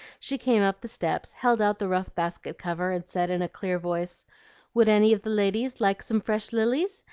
she came up the steps, held out the rough basket cover, and said in a clear voice would any of the ladies like some fresh lilies?